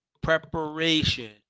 preparation